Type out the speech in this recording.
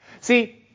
See